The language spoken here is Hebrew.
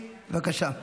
בבקשה.